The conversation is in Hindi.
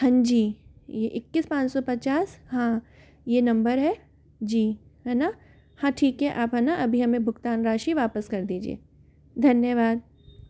हाँ जी इक्कीस पाँच सौ पचास हां यह नंबर है जी हैना हाँ ठीक है आप हैना अभी हमें भुगतान राशि वापस कर दीजिए धन्यवाद